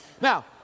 Now